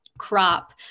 crop